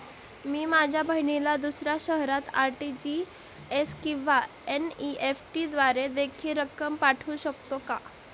मी माझ्या बहिणीला दुसऱ्या शहरात आर.टी.जी.एस किंवा एन.इ.एफ.टी द्वारे देखील रक्कम पाठवू शकतो का?